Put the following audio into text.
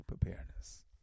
preparedness